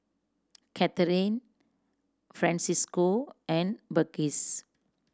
Kathrine Francesco and Burgess